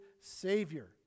Savior